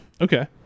okay